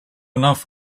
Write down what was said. enough